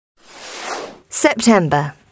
September